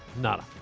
nada